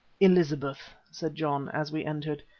elizabeth, said john as we entered,